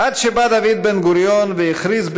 אני ודאי לא חשבתי: